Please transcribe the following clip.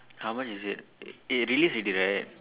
how much is it eh released already right